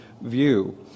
view